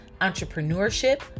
entrepreneurship